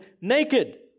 naked